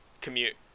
commute